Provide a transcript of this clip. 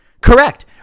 Correct